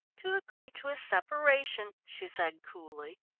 to agree to a separation, she said coolly.